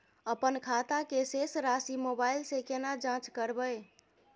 अपन खाता के शेस राशि मोबाइल से केना जाँच करबै?